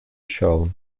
shown